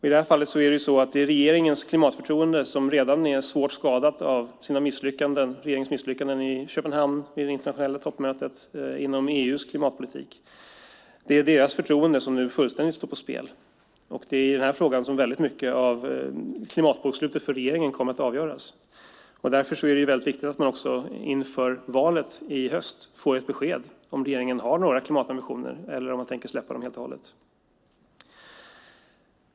I det här fallet är det regeringens klimatförtroende, som redan är svårt skadat av regeringens misslyckanden i Köpenhamn vid det internationella toppmötet om EU:s klimatpolitik, som nu fullständigt står på spel. Det är i den här frågan som mycket av klimatbokslutet för regeringen kommer att avgöras. Därför är det viktigt att vi inför valet i höst får ett besked om regeringen har några klimatambitioner eller om man tänker släppa dem helt och hållet.